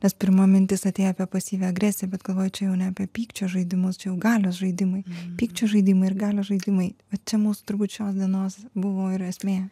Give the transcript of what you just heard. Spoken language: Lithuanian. nes pirma mintis atėjo apie pasyvią agresiją bet galvoju čia jau ne apie pykčio žaidimus čia jau galios žaidimai pykčio žaidimai ir galios žaidimai va čia mūsų turbūt šios dienos buvo ir esmė